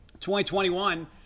2021